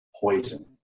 poison